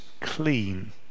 clean